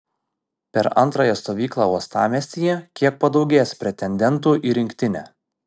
per antrąją stovyklą uostamiestyje kiek padaugės pretendentų į rinktinę